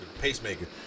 pacemaker